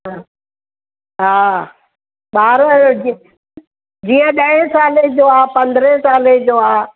ह हा ॿार जीअं जीअं ॾह साले जो आहे पंद्रहे साले जो आहे